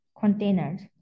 containers